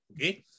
Okay